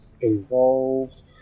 involved